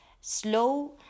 slow